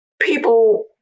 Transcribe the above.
people